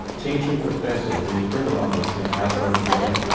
teaching professors, these prima donnas, how to work together.